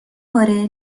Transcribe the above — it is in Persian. باره